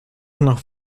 nach